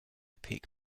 peak